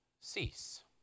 cease